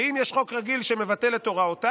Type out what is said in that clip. ואם יש חוק רגיל שמבטל את הוראותיו,